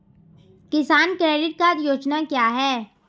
किसान credit card योजना क्या है?